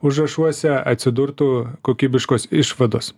užrašuose atsidurtų kokybiškos išvados